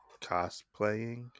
cosplaying